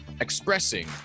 expressing